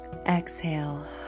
Exhale